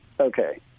Okay